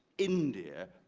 india,